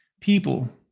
people